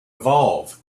evolve